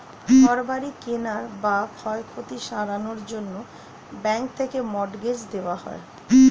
ঘর বাড়ি কেনার বা ক্ষয়ক্ষতি সারানোর জন্যে ব্যাঙ্ক থেকে মর্টগেজ দেওয়া হয়